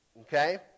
Okay